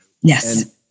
Yes